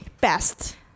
Best